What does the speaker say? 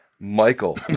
Michael